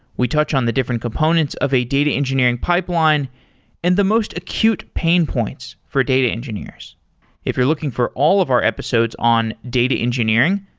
we touch on the different components of a data engineering pipeline and the most acute pain points for data engineers if you're looking for all of our episodes on data engineering,